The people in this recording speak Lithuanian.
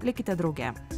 likite drauge